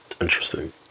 Interesting